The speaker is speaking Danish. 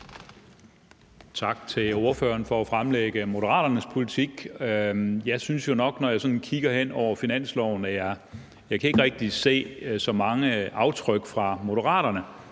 Tak til ordføreren for at fremlægge Moderaternes politik. Jeg synes ikke rigtig, når jeg sådan kigger hen over finansloven, at jeg kan se så mange aftryk fra Moderaterne,